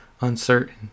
uncertain